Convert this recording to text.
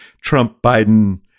Trump-Biden